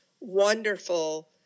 wonderful